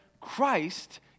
Christ